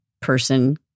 person